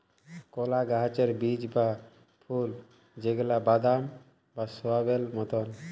কলা গাহাচের বীজ বা ফল যেগলা বাদাম বা সয়াবেল মতল